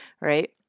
right